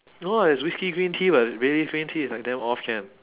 no [what] there's whiskey green tea but baileys green tea is like damn off can